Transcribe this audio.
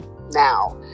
now